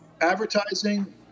Advertising